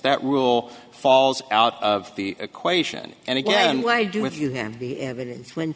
that rule falls out of the equation and again why do with you have the evidence when